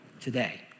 today